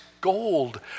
gold